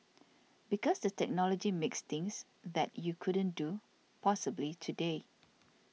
because the technology makes things that you couldn't do possibly today